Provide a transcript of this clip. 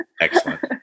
excellent